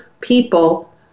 people